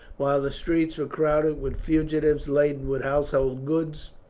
while the streets were crowded with fugitives laden with household goods,